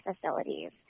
facilities